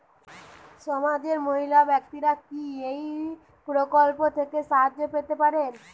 সমাজের মহিলা ব্যাক্তিরা কি এই প্রকল্প থেকে সাহায্য পেতে পারেন?